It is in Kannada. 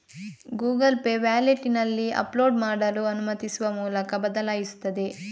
ಗೂಗಲ್ ಪೇ ವ್ಯಾಲೆಟಿನಲ್ಲಿ ಅಪ್ಲೋಡ್ ಮಾಡಲು ಅನುಮತಿಸುವ ಮೂಲಕ ಬದಲಾಯಿಸುತ್ತದೆ